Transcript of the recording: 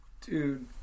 Dude